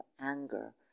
anger